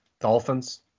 Dolphins